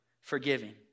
Forgiving